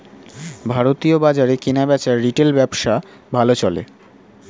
ভারতীয় বাজারে কেনাবেচার রিটেল ব্যবসা ভালো চলে